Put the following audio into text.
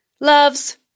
loves